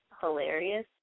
hilarious